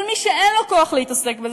אבל מי שאין לו כוח להתעסק בזה,